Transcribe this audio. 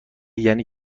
یعنی